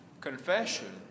confession